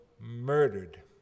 murdered